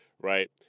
right